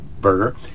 Burger